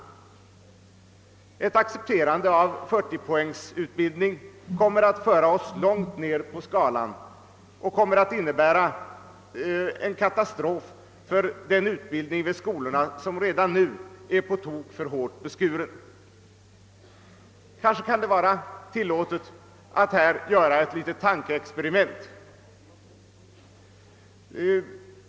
Ett accepterande av 40 poängs utbildning kommer att föra oss långt ned på skalan och innebära en katastrof för den utbildning i skolorna som redan är alldeles för hårt beskuren. Det kanske är tillåtet att här göra ett litet tankeexperiment.